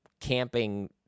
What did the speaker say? camping